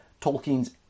Tolkien's